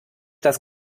das